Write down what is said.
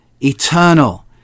eternal